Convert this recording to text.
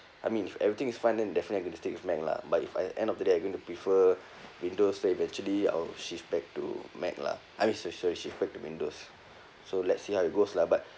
I mean if everything is fine then definitely I'm gonna stick with mac lah but if I end of the day I'm going to prefer windows then eventually I will shift back to mac lah I mean sorry sorry shift back to windows so let's see how it goes lah but